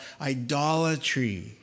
idolatry